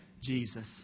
Jesus